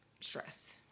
stress